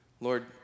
Lord